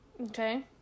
okay